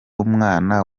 umwana